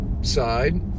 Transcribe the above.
side